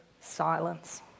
silence